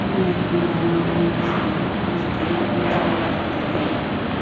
ಈ ನಿಯಮಗಳನ್ನು ಉಲ್ಲಂಘಿಸಿದರೆ ಆಸ್ತಿಯ ನಷ್ಟವಾಗುತ್ತದೆ